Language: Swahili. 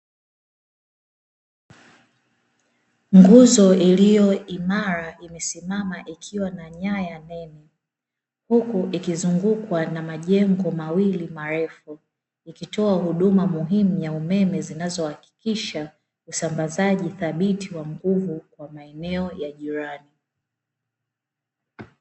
Nguzo iliyo imara imesimama ikiwa na nyaya nene, huku ikizungukwa na majengo mawili marefu, ikitoa huduma muhimu ya umeme zinazohakikisha usambazaji thabiti wa nguvu kwa maeneo ya jirani.